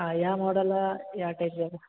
ಹಾಂ ಯಾವ ಮಾಡಲ ಯಾವ ಟೈಪ್ ಬೇಕು